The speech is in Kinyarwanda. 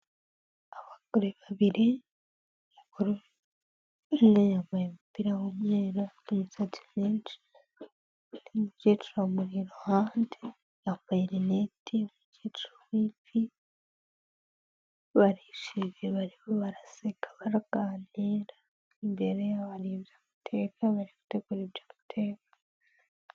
Abagore babiri mukuru umwe yambaye umupira w'umwerusatsivge undi umukecuru amu iruhande apaneti mukecuru wv barishi bariho baraseka bararwarira imbere' ibyamuteye bari gutegura ibyo bite.